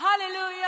Hallelujah